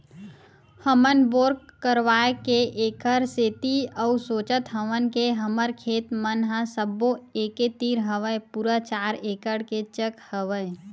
हमन बोर करवाय के ऐखर सेती अउ सोचत हवन के हमर खेत मन ह सब्बो एके तीर हवय पूरा चार एकड़ के चक हवय